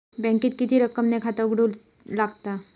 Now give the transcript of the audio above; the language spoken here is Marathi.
बँकेत किती रक्कम ने खाता उघडूक लागता?